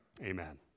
Amen